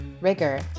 rigor